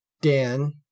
Dan